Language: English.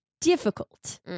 difficult